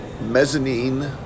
mezzanine